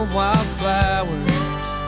wildflowers